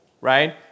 right